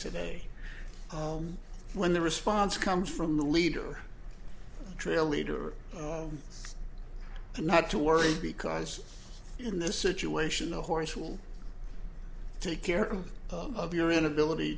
today when the response comes from the leader trail leader not to worry because in this situation the horse will take care of your inability